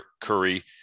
Curry